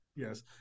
Yes